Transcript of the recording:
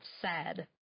sad